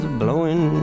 blowing